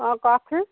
অঁ কওকচোন